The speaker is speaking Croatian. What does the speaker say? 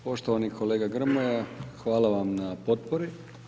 Poštovani kolega Grmoja, hvala vam na potpori.